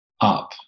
up